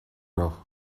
noch